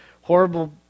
horrible